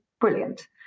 brilliant